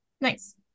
Nice